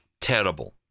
terrible